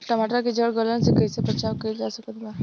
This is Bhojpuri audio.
टमाटर के जड़ गलन से कैसे बचाव कइल जा सकत बा?